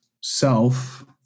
self